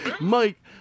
Mike